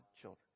children